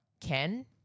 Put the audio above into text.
Ken